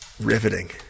Riveting